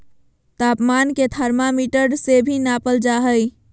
तापमान के थर्मामीटर से भी नापल जा हइ